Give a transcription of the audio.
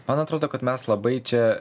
man atrodo kad mes labai čia